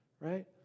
right